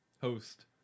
host